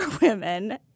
women